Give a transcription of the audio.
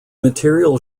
material